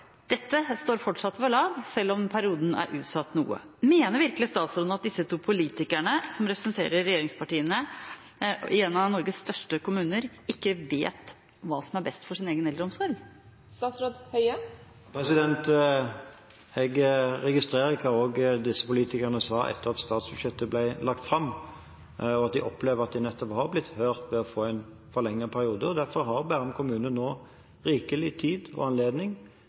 Dette står fortsatt ved lag selv om perioden er noe utsatt. Mener virkelig statsråden at disse to politikerne, som representerer regjeringspartiene i en av Norges største kommuner, ikke vet hva som er best for sin egen eldreomsorg? Jeg registrerer også hva disse politikerne har sagt etter at statsbudsjettet ble lagt fram, at de opplever nettopp å ha blitt hørt ved å få en forlenget periode. Derfor har Bærum kommune nå rikelig tid og anledning